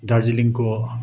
दार्जिलिङको